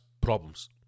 problems